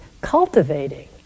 cultivating